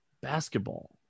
basketball